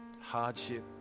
hardship